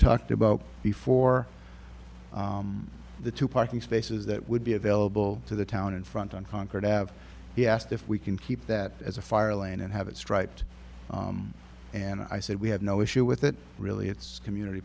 talked about before the two parking spaces that would be available to the town in front on concord have he asked if we can keep that as a fire lane and have it striped and i said we have no issue with it really it's community